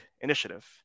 initiative